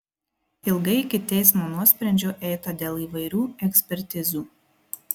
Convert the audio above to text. ilgai iki teismo nuosprendžio eita dėl įvairių ekspertizių